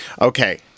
Okay